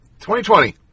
2020